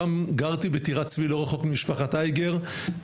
גם גרתי בטירת צבי לא רחוק ממשפחת אייגר,